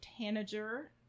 tanager